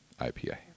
IPA